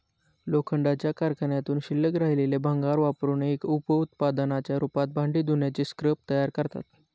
लोखंडाच्या कारखान्यातून शिल्लक राहिलेले भंगार वापरुन एक उप उत्पादनाच्या रूपात भांडी धुण्याचे स्क्रब तयार करतात